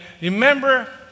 Remember